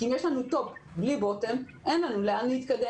כי אם יש לנו טופ בלי בוטום אין לנו להתקדם.